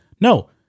No